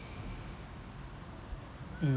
mm